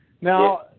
Now